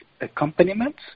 accompaniments